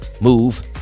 move